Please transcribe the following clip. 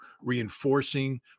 reinforcing